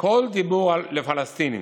כל דיבור עם פלסטינים,